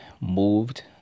moved